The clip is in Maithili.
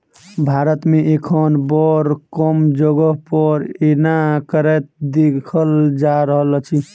भारत मे एखन बड़ कम जगह पर एना करैत देखल जा रहल अछि